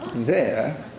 there.